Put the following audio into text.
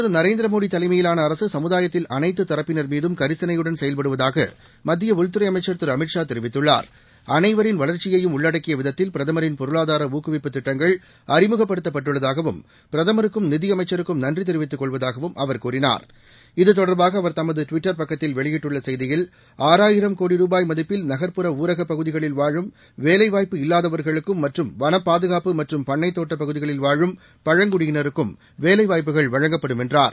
திருநரேந்திரமோடிதலைமையிலானஅரசுசமுதாயத்தில் பிரதமர் அனைத்துத் தரப்பினர் மீதும் கரிசனையுடன் செயல்படுவதாகமத்தியஉள்துறைஅமைச்சர் திரு ஷா தெரிவித்துள்ளார் அனைவரின் வளர்ச்சியையும் உள்ளடக்கியவிதத்தில் பிரதமரின் பொருளாதாரஊக்குவிப்புத் திட்டங்கள் அறிமுகப்படுத்தப்பட்டுள்ளதாகவும் பிரதமருக்கும் நிதியமைச்சருக்கும் நன்றிதெரிவித்துக் கொள்வதாகவும் கூறினார் தொடர்பாகஅவர் பக்கத்தில் இது தமதுட்விட்டர் வெளியிட்டுள்ளசெய்தியில் ஆறாயிரம் கோடி ரூபாய் மதிப்பில் நகர்புற ஊரகபகுதிகளில் வாழும் வேலைவாய்ப்பு இல்லாதவர்களுக்கும் மற்றும் வன பாதுகாப்பு மற்றும் பண்ணைதோட்டபகுதிகளில் வாழும் வேலைவாய்ப்புகள் வழங்கப்படும் என்றார்